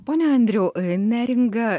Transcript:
pone andriau neringa